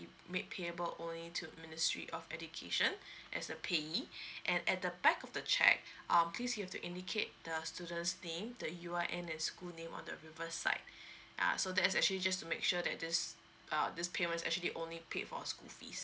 made payable only to ministry of education as the payee and at the back of the cheque um please you have to indicate the student's name the U_I_N and school name on the reverse side yeah so that's actually just to make sure that this uh this payment is actually only paid for school fees